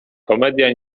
komedia